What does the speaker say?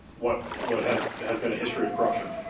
what what has has been a history of corruption.